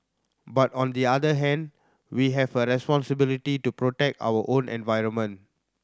but on the other hand we have a responsibility to protect our own environment